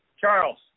Charles